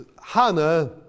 Hannah